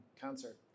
cancer